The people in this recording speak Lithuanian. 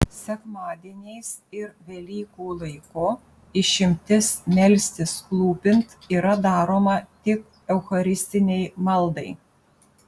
sekmadieniais ir velykų laiku išimtis melstis klūpint yra daroma tik eucharistinei maldai